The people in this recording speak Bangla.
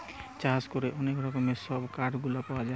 চাষ করে অনেক রকমের সব কাঠ গুলা পাওয়া যায়